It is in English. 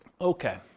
Okay